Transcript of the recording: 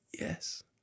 yes